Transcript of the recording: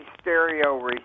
stereo